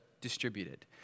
distributed